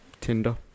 Tinder